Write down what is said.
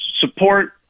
support